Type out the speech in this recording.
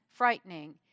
frightening